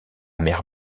mer